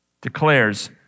declares